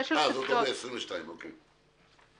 אנחנו